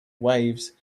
waves